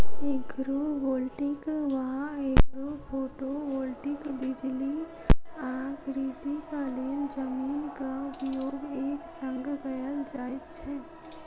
agrovoltaic वा agrophotovoltaic बिजली आ कृषिक लेल जमीनक उपयोग एक संग कयल जाइत छै